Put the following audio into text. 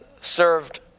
served